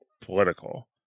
political